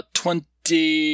twenty